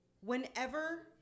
whenever